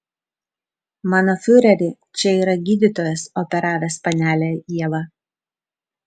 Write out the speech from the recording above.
mano fiureri čia yra gydytojas operavęs panelę ievą